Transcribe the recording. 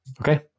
Okay